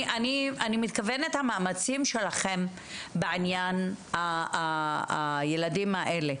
אני מתכוונת למאמצים שלכם בעניין הילדים האלה.